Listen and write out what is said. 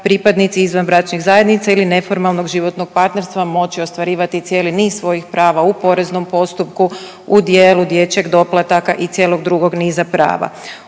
pripadnici izvanbračnih zajednica ili neformalnog životnog partnerstva moći ostvarivati cijeli niz svojih prava u poreznom postupku u dijelu dječjeg doplataka i cijelog drugog niza prava.